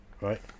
Right